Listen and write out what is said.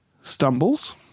stumbles